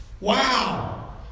Wow